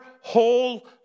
whole